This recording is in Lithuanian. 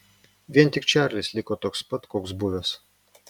vien tik čarlis liko toks pat koks buvęs